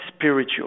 spiritual